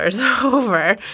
over